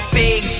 big